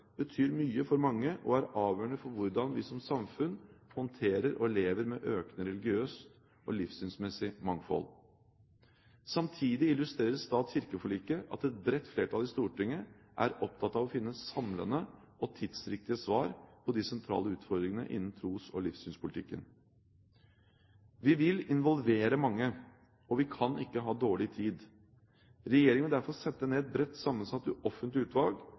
betyr mye for mange og er avgjørende for hvordan vi som samfunn håndterer og lever med økende religiøst og livssynsmessig mangfold. Samtidig illustrerer stat–kirke-forliket at et bredt flertall i Stortinget er opptatt av å finne samlende og tidsriktige svar på de sentrale utfordringene innen tros- og livssynspolitikken. Vi vil involvere mange, og vi kan ikke ha dårlig tid. Regjeringen vil derfor sette ned et bredt sammensatt offentlig utvalg